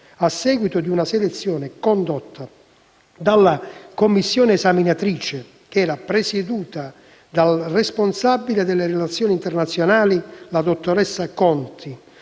a seguito della selezione condotta dalla commissione esaminatrice, presieduta dal responsabile delle relazioni internazionali (dottoressa Conti)